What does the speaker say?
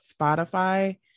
Spotify